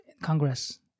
Congress